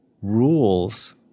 rules